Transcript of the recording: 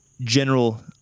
general